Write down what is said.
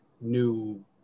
new